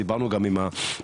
דיברנו עם המנכ"לית,